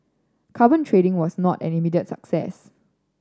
carbon trading was not an immediate success